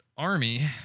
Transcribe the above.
army